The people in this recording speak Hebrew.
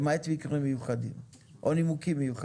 למעט מקרים מיוחדים או נימוקים מיוחדים.